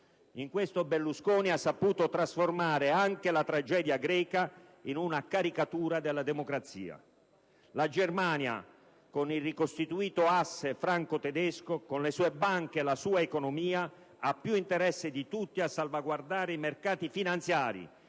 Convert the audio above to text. In questo, Berlusconi ha saputo trasformare anche la tragedia greca in una caricatura della democrazia. La Germania, con il ricostituito asse franco-tedesco, con le sue banche e la sua economia, ha più interesse di tutti a salvaguardare i mercati finanziari